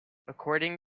according